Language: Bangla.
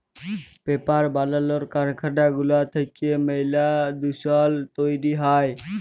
পেপার বালালর কারখালা গুলা থ্যাইকে ম্যালা দুষল তৈরি হ্যয়